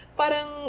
parang